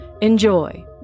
Enjoy